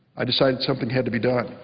i decided something had to be done.